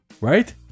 right